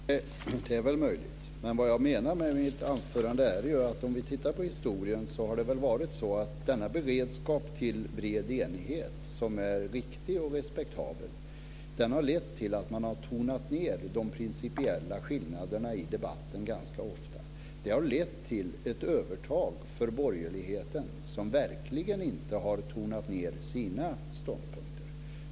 Herr talman! Det är väl möjligt. Men vad jag menar i mitt anförande är ju att om vi tittar på historien har det varit så att den beredskap för bred enighet som är viktig och respektabel har lett till att man har tonat ned de principiella skillnaderna i debatten ganska ofta. Det har lett till ett övertag för borgerligheten, som verkligen inte har tonat ned sina ståndpunkter.